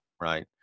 Right